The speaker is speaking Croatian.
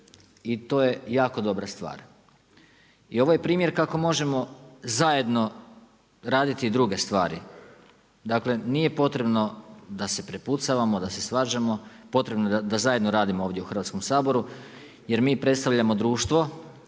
i to je jako dobra stvar. I ovo je primjer kako možemo zajedno raditi i druge stvari. Dakle nije potrebno da se prepucavamo, da se svađamo, potrebno je da zajedno radimo ovdje u Hrvatskom saboru jer mi predstavljamo društvo,